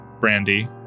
Brandy